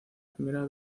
primera